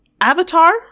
Avatar